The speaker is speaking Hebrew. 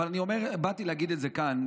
אבל באתי להגיד את זה כאן,